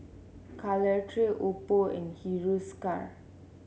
Caltrate Oppo and Hiruscar